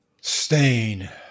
Stain